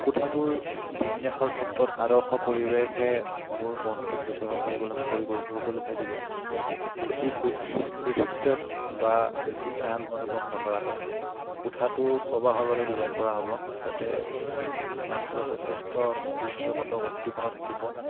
কোঠটোৰ বিন্যাসৰ ক্ষেত্ৰত আদৰ্শ পৰিৱেশে মোৰ মনটোক বিচৰণ কৰিবলৈ মুকলি ক মুকলি ঠাই দিব বেছি বৃস বিস্তৃত বা বেছি টান অনুভৱ নকৰাকৈ কোঠাটো প্ৰবাহৰ বাবে ডিজাইন কৰা হ'ব যাতে মাত্ৰ যথেষ্ট দৃশ্যগত উদ্দীপনা থাকিব